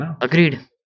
agreed